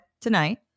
tonight